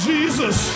Jesus